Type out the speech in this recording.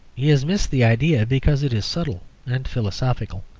he has missed the idea because it is subtle and philosophical,